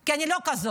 כי אני לא כזאת,